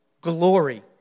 Glory